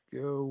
go